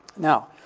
now,